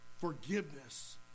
Forgiveness